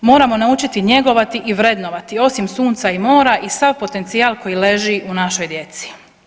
Moramo naučiti njegovati i vrednovati osim sunca i mora i sav potencijal koji leži u našoj djeci.